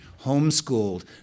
homeschooled